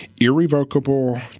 irrevocable